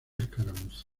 escaramuza